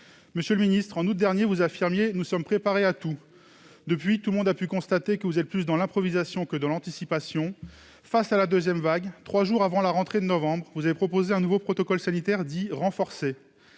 Monsieur le ministre, en août dernier, vous affirmiez :« Nous sommes préparés à tout. » Depuis, tout le monde a pu constater que vous êtes plus dans l'improvisation que dans l'anticipation. Face à la deuxième vague, trois jours avant la rentrée de novembre, vous avez proposé un nouveau protocole sanitaire dit « renforcé ».